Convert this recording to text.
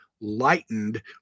lightened